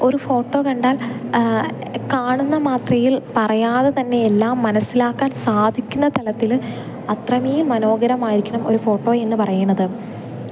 ഒരു ഫോട്ടോ കണ്ടാൽ കാണുന്ന മാത്രയിൽ പറയാതെ തന്നെ എല്ലാം മനസ്സിലാക്കാൻ സാധിക്കുന്ന തലത്തിൽ അത്രമേൽ മനോഹരമായിരിക്കണം ഒരു ഫോട്ടോ എന്നു പറയുന്നത്